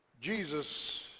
Jesus